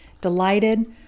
delighted